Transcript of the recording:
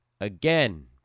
again